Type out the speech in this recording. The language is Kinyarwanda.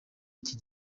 iki